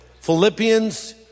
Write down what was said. Philippians